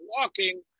walking